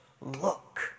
look